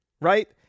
right